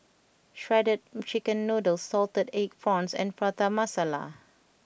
Shredded Chicken Noodles Salted Egg Prawns and Prata Masala